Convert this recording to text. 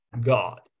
God